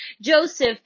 Joseph